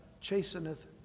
chasteneth